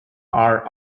are